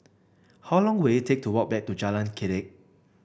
how long will it take to walk back to Jalan Kledek